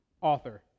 author